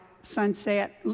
sunset